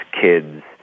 kids